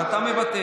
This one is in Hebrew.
אז אתה מוותר.